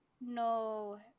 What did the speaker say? No